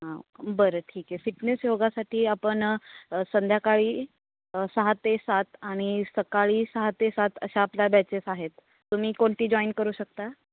हां बरं ठीक आहे फिटनेस योगासाठी आपण संध्याकाळी सहा ते सात आणि सकाळी सहा ते सात अशा आपल्या बॅचेस आहेत तुम्ही कोणती जॉईन करू शकता